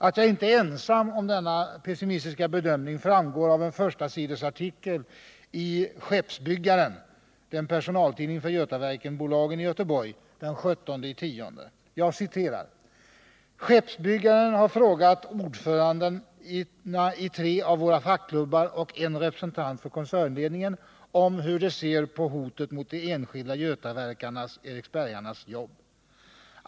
Att jag inte är ensam om denna pessimistiska bedömning framgår av en förstasidesartikel den 17 oktober i Skeppsbyggaren, som är personaltidning för Götaverkenbolagen i Göteborg: ” ”Skeppsbyggaren” har frågat ordförandena i tre av våra fackklubbar och en representant för koncernledningen om hur de ser på hotet mot de enskilda götaverkarnas/eriksbergarnas jobb.